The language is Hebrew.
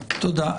תודה.